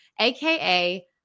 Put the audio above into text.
aka